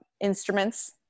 Instruments